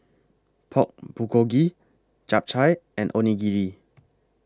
Pork Bulgogi Japchae and Onigiri